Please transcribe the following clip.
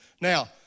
Now